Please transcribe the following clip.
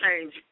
change